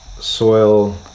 soil